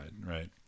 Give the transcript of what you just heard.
right